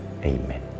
Amen